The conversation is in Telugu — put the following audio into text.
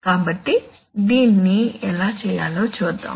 కాబట్టి దీన్ని ఎలా చేయాలో చూద్దాం